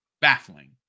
baffling